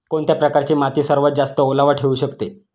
कोणत्या प्रकारची माती सर्वात जास्त ओलावा ठेवू शकते?